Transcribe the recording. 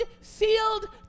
sealed